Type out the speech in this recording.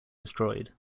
destroyed